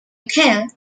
rochelle